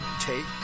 take